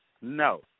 no